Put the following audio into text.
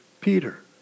Peter